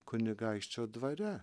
kunigaikščio dvare